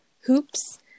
hoops